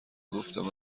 گفتم